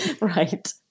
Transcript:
Right